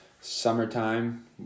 summertime